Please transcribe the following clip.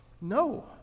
No